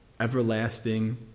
Everlasting